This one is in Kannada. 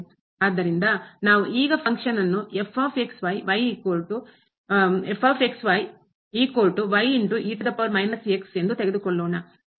ಆದ್ದರಿಂದ ನಾವು ಈಗ ಫಂಕ್ಷನ್ನ್ನು ಕಾರ್ಯವನ್ನು ಎಂದು ತೆಗೆದುಕೊಳ್ಳೋಣ